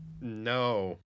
No